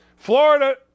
Florida